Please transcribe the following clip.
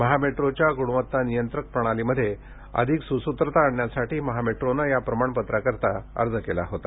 महामेट्रोच्या गुणवता नियंत्रक प्रणालीमध्ये अधिक स्सूत्रता आणण्यासाठी महामेट्रोने या प्रमाणपत्रासाठी अर्ज केला होता